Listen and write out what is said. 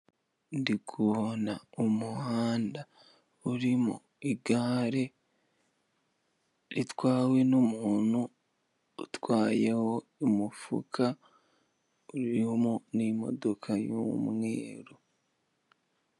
Ndikubona umuhanda urimo igare ritwawe n'umuntu utwaye umufuka urimo n'imodoka y'umweruru.